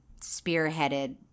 spearheaded